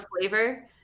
flavor